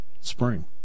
spring